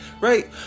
right